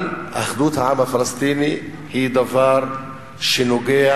אבל אחדות העם הפלסטיני היא דבר שנוגע